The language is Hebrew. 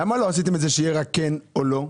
למה לא עשיתם את זה כך שיהיה רק כן או לא?